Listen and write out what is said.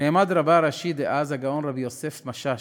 נעמד רבה הראשי דאז, הגאון רבי יוסף משאש,